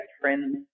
friends